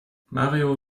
mario